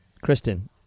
Kristen